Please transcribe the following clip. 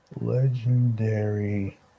Legendary